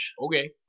Okay